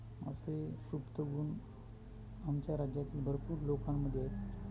असे सुप्त गुण आमच्या राज्यातील भरपूर लोकांमध्ये आहेत